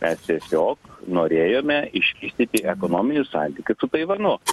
mes tiesiog norėjome išvystyti ekonominius santykius su taivanu